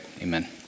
amen